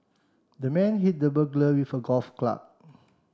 the man hit the burglar with a golf club